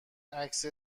عکس